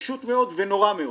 פשוט מאוד ונורא מאוד.